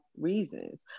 reasons